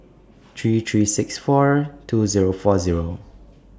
three three six four two Zero four Zero